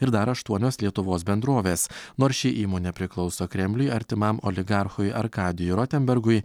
ir dar aštuonios lietuvos bendrovės nors ši įmonė priklauso kremliui artimam oligarchui arkadijui rotenbergui